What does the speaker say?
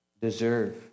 deserve